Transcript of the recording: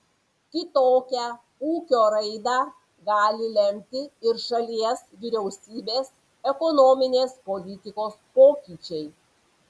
kitokią ūkio raidą gali lemti ir šalies vyriausybės ekonominės politikos pokyčiai